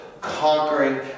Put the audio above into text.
Conquering